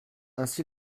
ainsi